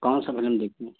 कौन सा भजन देखना